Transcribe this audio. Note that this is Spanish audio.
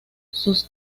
sus